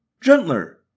gentler